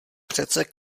přece